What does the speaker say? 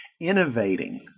innovating